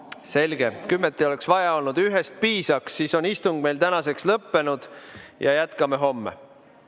Selge. Kümmet ei oleks vaja olnud, ühest piisaks, siis on istung meil tänaseks lõppenud. Jätkame homme.